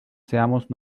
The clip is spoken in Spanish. seamos